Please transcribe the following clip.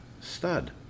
Stud